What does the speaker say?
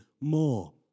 more